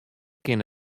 kin